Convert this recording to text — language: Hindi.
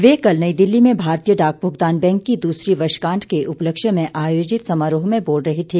वे कल नई दिल्ली में भारतीय डाक भुगतान बैंक की दूसरी वर्षगांठ के उपलक्ष्य में आयोजित समारोह में बोल रहे थे